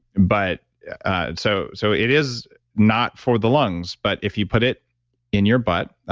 but and so so, it is not for the lungs, but if you put it in your butt,